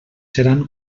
seran